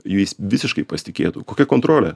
jais visiškai pasitikėtų kokia kontrolė